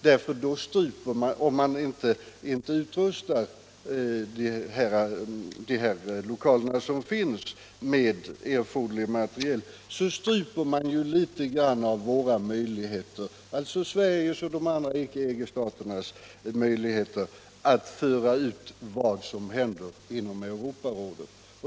Om de lokaler som finns inte utrustas med erforderlig materiel stryps en del av Sveriges och de övriga icke-EG-staternas möjligheter att föra ut information om vad som händer inom Europarådet.